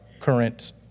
current